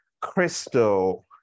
Crystal